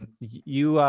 you,